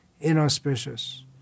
inauspicious